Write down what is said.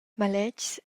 maletgs